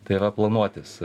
tai yra planuotis